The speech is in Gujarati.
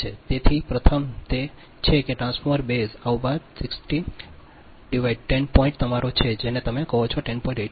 તેથી પ્રથમ તે છે કે ટ્રાન્સફોર્મર બેઝ અવબાધ 6010 પોઇન્ટ તમારો છે જેને તમે કહો છો તે 10